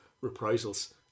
reprisals